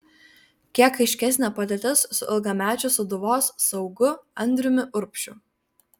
kiek aiškesnė padėtis su ilgamečiu sūduvos saugu andriumi urbšiu